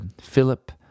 Philip